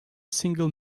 single